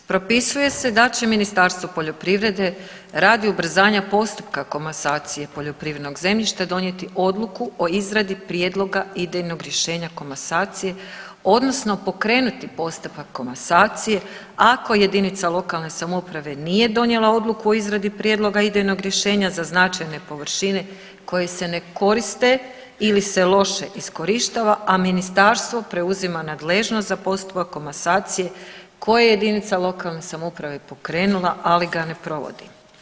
Propisuje se da će Ministarstvo poljoprivrede radi ubrzanja postupka komasacije poljoprivrednog zemljišta donijeti Odluku o izradi prijedloga idejnog rješenja komasacije, odnosno pokrenuti postupak komasacije ako jedinica lokalne samouprave nije donijela Odluku o izradi prijedloga idejnog rješenja za značajne površine koje se ne koriste ili se loše iskorištava a ministarstvo preuzima nadležnost za postupak komasacije koje je jedinica lokalne samouprave pokrenula, ali ga ne provodi.